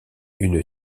une